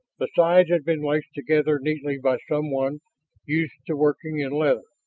the sides had been laced together neatly by someone used to working in leather,